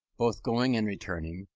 both going and returning,